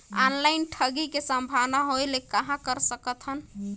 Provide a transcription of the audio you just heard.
Online ठगी के संभावना होय ले कहां कर सकथन?